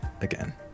again